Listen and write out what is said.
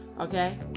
okay